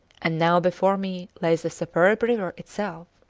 and now before me lay the superb river itself.